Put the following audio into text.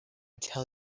tell